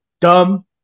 dumb